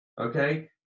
okay